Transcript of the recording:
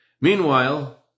Meanwhile